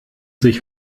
sich